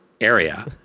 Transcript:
area